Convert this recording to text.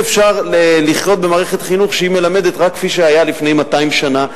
אי-אפשר לחיות במערכת חינוך שמלמדת רק כפי שהיה לפני 200 שנה,